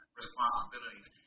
responsibilities